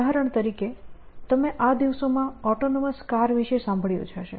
ઉદાહરણ તરીકે તમે આ દિવસોમાં ઑટોનોમસ કાર વિશે સાંભળ્યું જ હશે